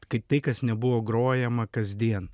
kai tai kas nebuvo grojama kasdien